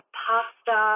pasta